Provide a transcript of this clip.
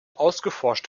ausgeforscht